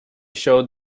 showed